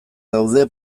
daude